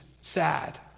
sad